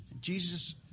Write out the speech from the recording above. Jesus